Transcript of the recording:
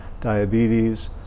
diabetes